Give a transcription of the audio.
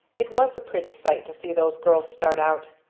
it was a pretty sight to see those girls start out.